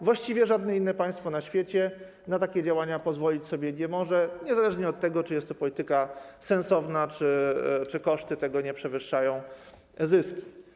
Właściwie żadne inne państwo na świecie na takie działania pozwolić sobie nie może, niezależnie od tego, czy jest to polityka sensowna, czy koszty tego nie przewyższają zysków.